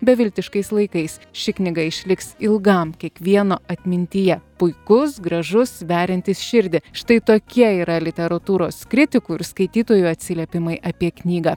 beviltiškais laikais ši knyga išliks ilgam kiekvieno atmintyje puikus gražus veriantis širdį štai tokie yra literatūros kritikų ir skaitytojų atsiliepimai apie knygą